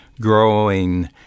growing